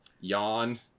Yawn